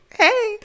hey